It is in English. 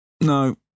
No